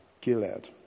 Gilead